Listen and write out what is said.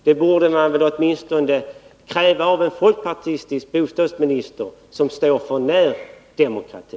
Det borde man åtminstone kunna kräva av en folkpartistisk bostadsminister, som står för närdemokrati.